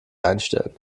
einstellen